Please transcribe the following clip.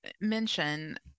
mention